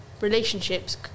relationships